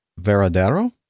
Veradero